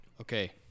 Okay